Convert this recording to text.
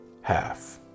half